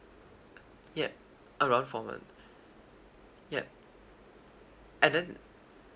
uh yup around four month yup and then